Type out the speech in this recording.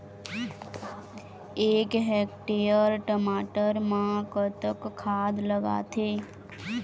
एक हेक्टेयर टमाटर म कतक खाद लागथे?